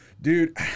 Dude